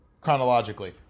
Chronologically